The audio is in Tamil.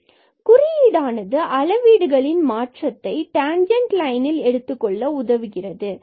குறியீடானது அளவீடுகளின் மாற்றத்தை டேன்ஜன்ட்லைனில் எடுத்துக் கொள்ள உதவுகிறது